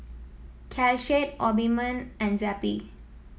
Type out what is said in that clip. Caltrate Obimin and Zappy